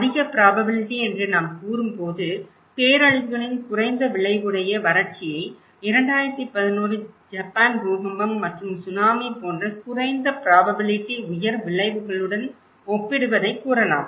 அதிக ப்ராபபிலிட்டி என்று நாம் கூறும்போது பேரழிவுகளின் குறைந்த விளைவுடைய வறட்சியை 2011 ஜப்பான் பூகம்பம் மற்றும் சுனாமி போன்ற குறைந்த ப்ராபபிலிட்டி உயர் விளைவுகளுடன் ஒப்பிடுவதை கூறலாம்